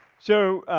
so,